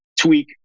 tweak